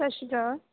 ਸਤਿ ਸ਼੍ਰੀ ਅਕਾਲ